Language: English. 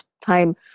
time